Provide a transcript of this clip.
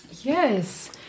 Yes